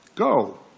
Go